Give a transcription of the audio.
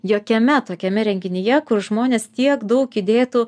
jokiame tokiame renginyje kur žmonės tiek daug įdėtų